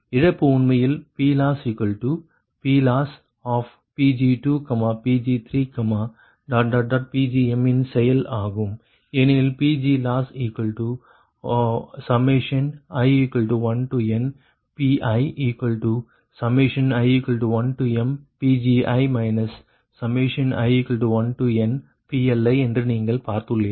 இழப்பு உண்மையில் PLossPLossPg2Pg3Pgm இன் செயல் ஆகும் ஏனெனில் PLossi1nPii1mPgi i1nPLi என்று நீங்கள் பார்த்துள்ளீர்கள்